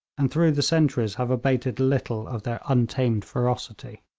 and through the centuries have abated little of their untamed ferocity.